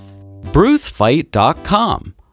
BruceFight.com